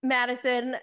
Madison